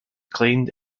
claimed